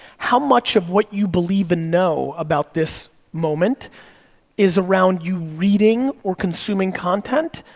how much of what you believe and know about this moment is around you reading or consuming content,